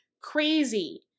crazy